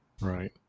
Right